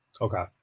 Okay